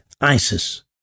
Isis